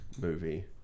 movie